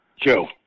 Joe